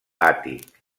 àtic